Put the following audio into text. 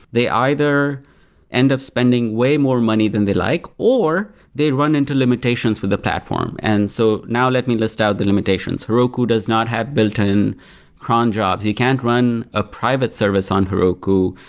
they either end up spending way more money than they like, or they run into limitations with the platform. and so now let me list out the limitations. heroku does not have built-in cron jobs. you can't run a private service on heroku.